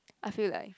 I feel like